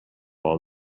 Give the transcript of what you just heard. all